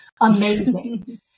Amazing